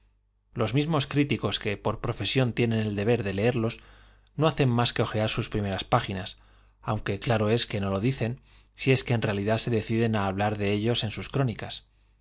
los mismos críticos que hacen mas que por profesión tienen el deber de leerlos no hojear sus primeras páginas aunque claro es que no lo dicen si es que en realidad se deciden él hablar de ellos en sus crónicas